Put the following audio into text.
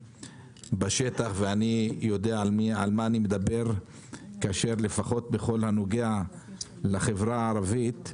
בשטח ואני יודע על מה אני מדבר כאשר לפחות בכל הנוגע לחברה הערבית,